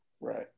Right